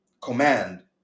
command